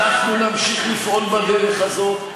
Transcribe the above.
ואנחנו נמשיך לפעול בדרך הזאת.